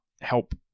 help